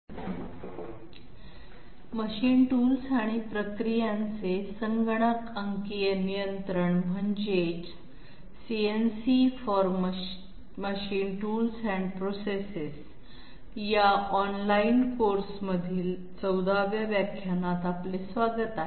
"computer numerical control of machine tools and process" या online कोर्समधील 14 व्या व्याख्यानात आपले स्वागत आहे